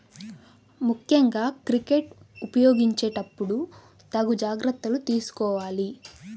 ముక్కెంగా క్రెడిట్ ఉపయోగించేటప్పుడు తగు జాగర్తలు తీసుకోవాలి